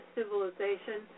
Civilization